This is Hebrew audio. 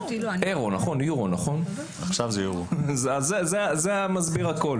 יורו זה מסביר הכול...